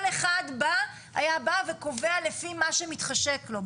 כל אחד בא, היה בא וקובע לפי מה שמתחשק לו.